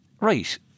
right